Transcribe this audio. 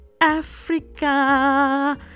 africa